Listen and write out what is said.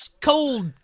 cold